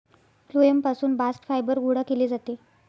phloem पासून bast fibre गोळा केले जाते